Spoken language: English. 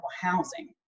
housing